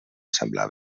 sembla